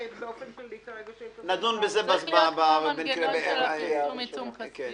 נדון בזה בהכנה לקריאה השנייה והשלישית.